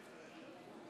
אני קובע שהצעה